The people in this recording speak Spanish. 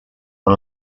por